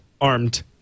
armed